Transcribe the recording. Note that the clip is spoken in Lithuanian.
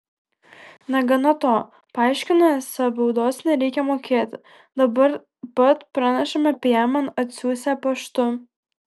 negana to paaiškino esą baudos nereikią mokėti dabar pat pranešimą apie ją man atsiųsią paštu